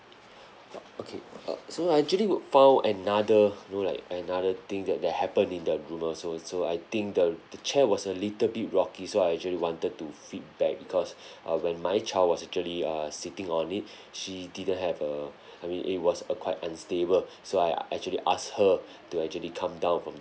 uh okay uh so I actually would file another you know like another thing that that happen in the room also so I think the the chair was a little bit rocky so I actually wanted to feedback because uh when my child was actually err sitting on it she didn't have a I mean it was a quite unstable so I I actually asked her to actually come down from the